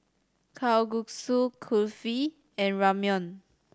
Kalguksu Kulfi and Ramyeon